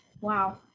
Wow